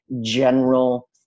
general